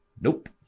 Nope